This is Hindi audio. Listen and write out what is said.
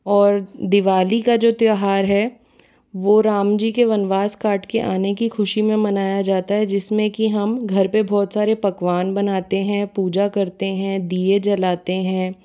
और दिवाली का जो त्योहार है वो राम जी के वनवास काट के आने की खुशी में मनाया जाता है जिसमें कि हम घर पर बहुत सारे पकवान बनाते हैं पूजा करते हैं दिये जलाते हैं